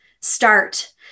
Start